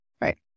Right